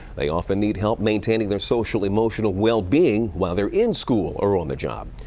they often need help maintaining their social emotional well being while they're in school or on the job.